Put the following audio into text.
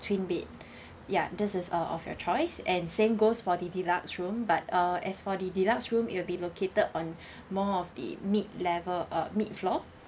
twin bed ya this is uh of your choice and same goes for the deluxe room but uh as for the deluxe room it will be located on more of the mid-level uh mid floor